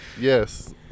Yes